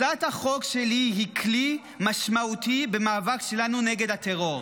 הצעת החוק שלי היא כלי משמעותי במאבק שלנו נגד הטרור.